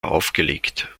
aufgelegt